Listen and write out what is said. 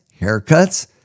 haircuts